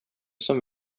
som